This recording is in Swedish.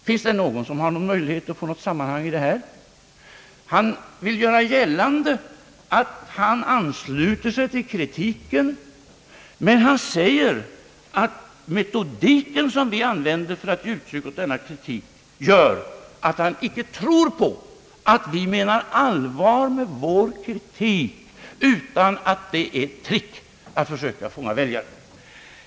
Finns det någon som kan få något sammanhang i detta? Herr Holmberg vill göra gällande att han ansluter sig till kritiken, men han säger att den metodik som vi använder för att ge uttryck åt denna kritik gör att han inte tror på att vi menar allvar med vår kritik, utan att det är ett trick för att försöka fånga väljare.